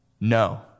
No